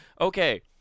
okay